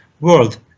world